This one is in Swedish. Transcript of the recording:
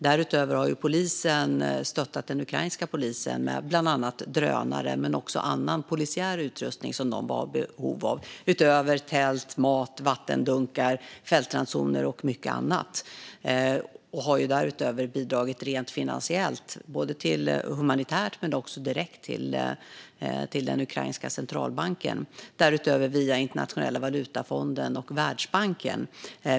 Därutöver har polisen stöttat den ukrainska polisen med bland annat drönare och annan polisiär utrustning som man var i behov av. Utöver detta och tält, mat, vattendunkar, fältransoner med mera har vi bidragit rent finansiellt till humanitärt stöd och direkt till den ukrainska centralbanken, också via Internationella valutafonden och Världsbanken.